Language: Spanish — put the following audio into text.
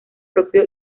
propio